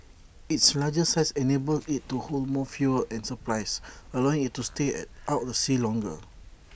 its larger size enables IT to hold more fuel and supplies allowing IT to stay out the sea longer